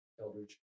Eldridge